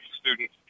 student